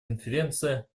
конференция